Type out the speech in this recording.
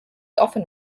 often